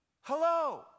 Hello